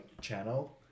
channel